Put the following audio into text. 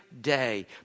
day